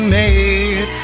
made